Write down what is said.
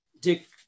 Dick